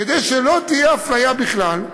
כדי שלא תהיה אפליה בכלל,